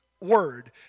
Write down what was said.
word